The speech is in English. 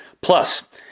Plus